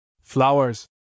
Flowers